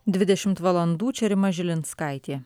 dvidešimt valandų čia rima žilinskaitė